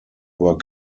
were